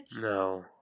No